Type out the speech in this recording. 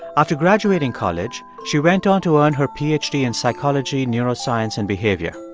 after graduating college, she went on to earn her ph d. in psychology, neuroscience and behavior.